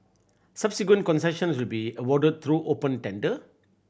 subsequent concessions will be awarded through open tender